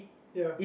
ya